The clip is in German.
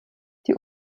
die